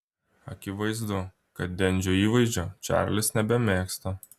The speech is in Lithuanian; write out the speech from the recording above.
akivaizdu kad dendžio įvaizdžio čarlis nebemėgsta